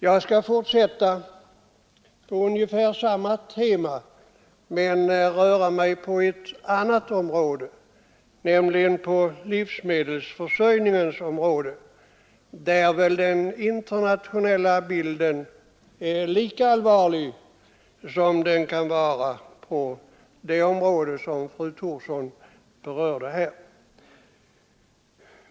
Jag skall fortsätta på ungefär samma tema men röra mig på ett annat område, nämligen på livsmedelsförsörjningens område, där väl den internationella bilden är lika allvarlig som den kan vara på det område som fru Thorsson berörde här.